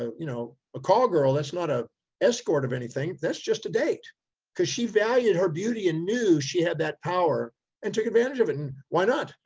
you know, a call girl. that's not a escort or anything. that's just a date because she valued her beauty and knew she had that power and took advantage of it. and why not?